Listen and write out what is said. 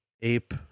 ape